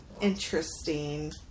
interesting